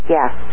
Yes